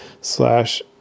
slash